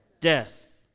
death